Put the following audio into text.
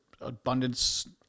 abundance